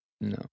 No